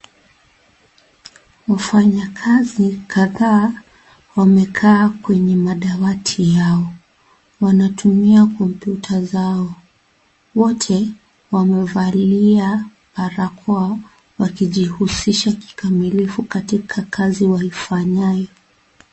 Wafanyakazi kadhaa wamekaa kwenye makaazi yao wanatumia kompyuta zao wote wamevalia barakoa wakijihusisha kikamilifu katika kazi waifanyayo.